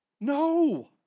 No